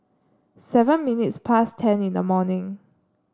seven minutes past ten in the morning